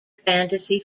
fantasy